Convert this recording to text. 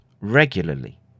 regularly